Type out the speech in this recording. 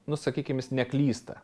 nu sakykim jis neklysta